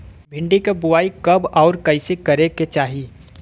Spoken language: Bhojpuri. भिंडी क बुआई कब अउर कइसे करे के चाही?